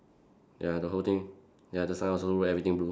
ya the whole thing ya the sign also everything blue